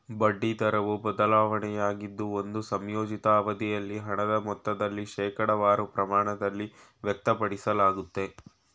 ಬಡ್ಡಿ ದರವು ಬದಲಾವಣೆಯಾಗಿದ್ದು ಒಂದು ಸಂಯೋಜಿತ ಅವಧಿಯಲ್ಲಿ ಹಣದ ಮೊತ್ತದಲ್ಲಿ ಶೇಕಡವಾರು ಪ್ರಮಾಣದಲ್ಲಿ ವ್ಯಕ್ತಪಡಿಸಲಾಗುತ್ತೆ